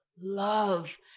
love